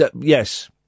Yes